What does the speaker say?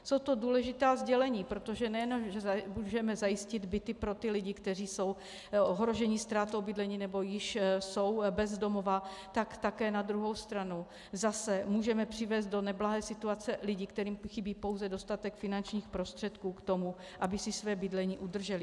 Jsou to důležitá sdělení, protože nejenže můžeme zajistit byty pro ty lidi, kteří jsou ohroženi ztrátou bydlení nebo již jsou bez domova, tak také na druhou stranu zase můžeme přivést do neblahé situace lidi, kterým chybí pouze dostatek finančních prostředků k tomu, aby si své bydlení udrželi.